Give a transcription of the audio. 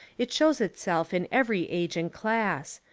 it shows itself in every age and class.